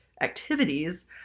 activities